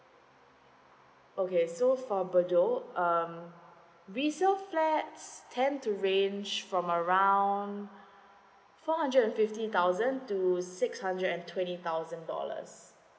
okay so for bedok um resale flat tend to range from around four hundred and fifty thousand to six hundred and twenty thousand dollars